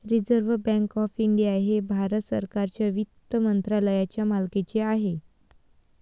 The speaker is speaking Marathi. रिझर्व्ह बँक ऑफ इंडिया हे भारत सरकारच्या वित्त मंत्रालयाच्या मालकीचे आहे